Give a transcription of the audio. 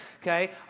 okay